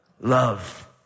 Love